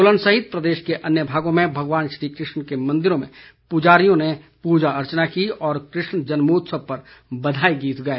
सोलन सहित प्रदेश के अन्य भागों में भगवान श्री कृष्ण के मंदिरों में पूजारियों ने पूजा अर्चना की और कृष्ण जन्मोत्सव पर बधाई गीत गाए